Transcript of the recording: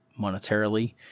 monetarily